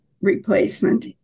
replacement